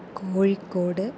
Kozhikode